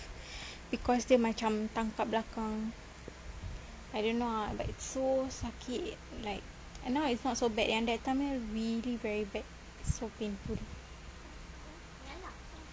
because dia macam tangkap belakang I don't know ah but it's so sakit like and now it's not so bad yang that time nya really very bad it's so painful